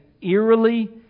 eerily